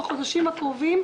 בחודשים הקרובים,